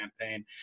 campaign